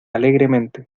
alegremente